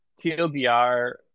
TLDR